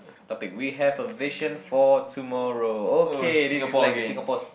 topic we have a vision for tomorrow okay this is like the Singapore's